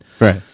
Right